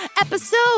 episode